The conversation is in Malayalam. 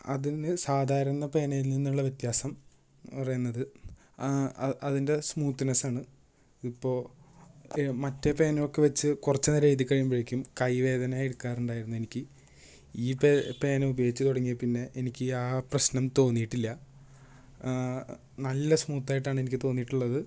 അതിൽനിന്ന് സാധാരണ പേനയിൽ നിന്നുള്ള വ്യത്യാസം പറയുന്നത് അതിൻ്റെ സ്മൂത്ത്നെസ്സ് ആണ് ഇപ്പോൾ മറ്റേ പേന ഒക്കെ വെച്ച് കുറച്ച് നേരം എഴുതിക്കഴിയുമ്പോഴേക്കും കൈ വേദന എടുക്കാറുണ്ടായിരുന്നു എനിക്ക് ഈ പേന ഉപയോഗിച്ച് തുടങ്ങിയതിൽപ്പിന്നെ എനിക്ക് ആ പ്രശ്നം തോന്നിയിട്ടില്ല നല്ല സ്മൂത്ത് ആയിട്ടാണ് എനിക്ക് തോന്നിയിട്ടുളളത്